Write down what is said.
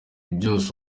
byose